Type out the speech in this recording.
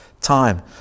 time